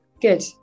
Good